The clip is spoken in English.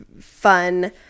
fun